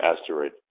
asteroid